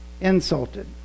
insulted